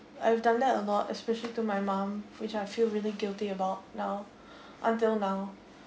I've done that a lot especially to my mom which I feel really guilty about now until now